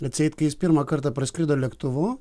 atseit kai jis pirmą kartą praskrido lėktuvu